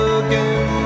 again